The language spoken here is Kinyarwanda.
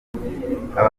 aba